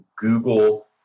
Google